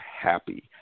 happy